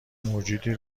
موجودی